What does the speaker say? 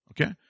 Okay